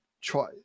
try